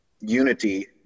Unity